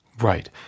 Right